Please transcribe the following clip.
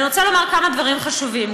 אני רוצה לומר כמה דברים חשובים.